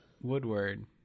Woodward